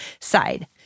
side